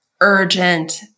urgent